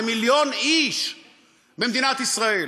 זה מיליון איש במדינת ישראל.